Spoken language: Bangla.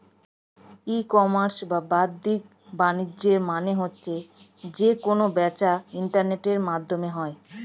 ই কমার্স বা বাদ্দিক বাণিজ্য মানে হচ্ছে যেই কেনা বেচা ইন্টারনেটের মাধ্যমে হয়